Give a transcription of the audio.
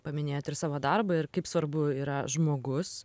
paminėjot ir savo darbą ir kaip svarbu yra žmogus